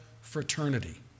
fraternity